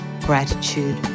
Gratitude